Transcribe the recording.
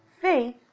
faith